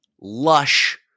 lush